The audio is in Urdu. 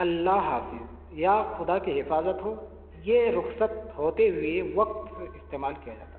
اللہ حافظ یا خدا کی حفاظت ہو یہ رخصت ہوتے ہوئے وقت استعمال کیا جاتا ہے